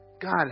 God